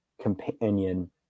companion